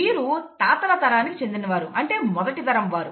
వీరు తాతల తరానికి చెందిన వారు అంటే మొదటి తరం వారు